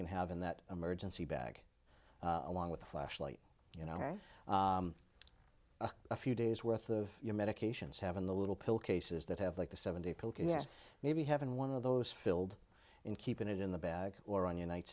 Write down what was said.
can have in that emergency bag along with a flashlight you know here a few days worth of your medications have in the little pill cases that have like the seventy yes maybe having one of those filled in keep it in the bag or on your night